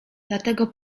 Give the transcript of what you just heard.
dlatego